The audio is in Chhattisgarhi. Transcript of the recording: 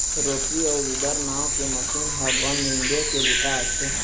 रोटरी अउ वीदर नांव के मसीन ह बन निंदे के बूता आथे